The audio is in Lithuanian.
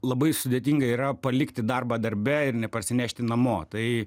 labai sudėtinga yra palikti darbą darbe ir neparsinešti namo tai